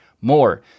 more